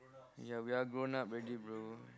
yeah we are grown up already bro